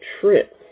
trip